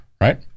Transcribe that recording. right